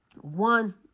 one